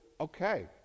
Okay